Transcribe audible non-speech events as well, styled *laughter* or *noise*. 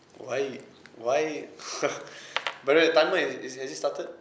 why why *laughs* but the timer is has is started